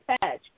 patch